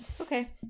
okay